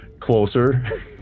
Closer